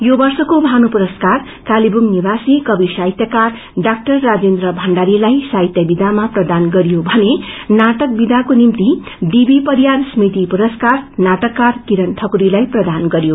यो वर्षका ेमानु पुरसकार कालेयुङ निवासी कवि साहित्यकार डाक्अर राजेन्द्र भण्डारीलाई साहितय विधामा प्रदान गरियो भने नाटक विधाको निम्ति डीबी परिवार स्मृति पुरस्कार नाटककार किराण ठकुरीलाई प्रदान गरियो